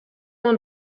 man